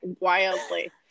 wildly